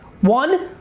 One